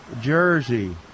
Jersey